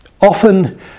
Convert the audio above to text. often